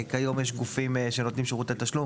כיום יש גופים שנותנים שירותי תשלום,